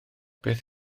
beth